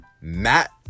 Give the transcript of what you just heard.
Matt